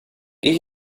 geh